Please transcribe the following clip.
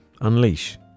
Unleash